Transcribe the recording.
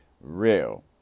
real